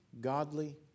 godly